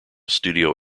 studio